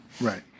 right